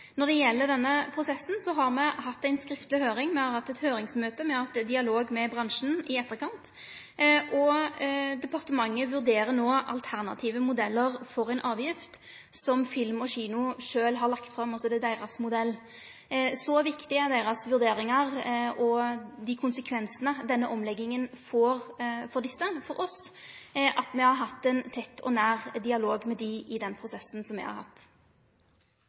Når det gjeld denne prosessen, har me hatt ei skriftleg høyring, me har hatt eit høyringsmøte, me har hatt dialog med bransjen i etterkant, og departementet vurderer no alternative modellar for ei avgift som Film & Kino sjølv har lagt fram – det er altså deira modell. Så viktige er deira vurderingar og dei konsekvensane denne omlegginga får for dei, for oss, at me har hatt ein tett og nær dialog med dei i denne prosessen. Hvis ikke flere har